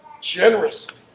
generously